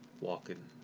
walking